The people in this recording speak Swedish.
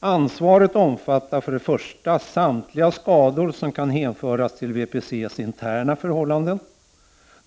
Ansvaret omfattar samtliga skador som kan hänföras till VPC:s interna förhållanden.